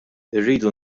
irridu